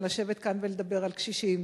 לשבת כאן ולדבר על קשישים.